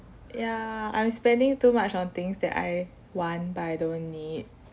ya I'm spending too much on things that I want but I don't need